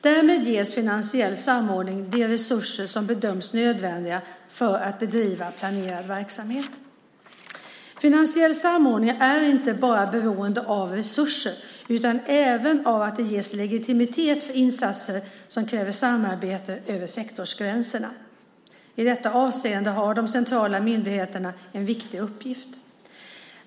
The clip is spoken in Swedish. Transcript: Därmed ges finansiell samordning de resurser som bedöms nödvändiga för att bedriva planerad verksamhet. Finansiell samordning är beroende inte bara av resurser utan även av att det ges legitimitet för insatser som kräver samarbete över sektorsgränserna. I detta avseende har de centrala myndigheterna en viktig uppgift.